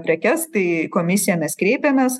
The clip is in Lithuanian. prekes tai komisiją mes kreipėmės